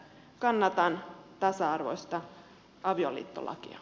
kannatan tasa arvoista avioliittolakia